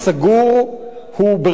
הוא בריכה ענקית